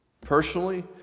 Personally